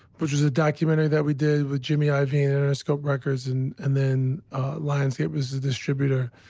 which was a documentary that we did with jimmy iovine and interscope records and and then lionsgate was the distributor.